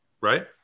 right